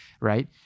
right